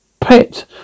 pet